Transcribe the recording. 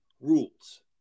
rules